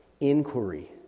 inquiry